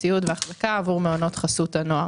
ציוד והחזקה עבור מעונות חסות הנוער.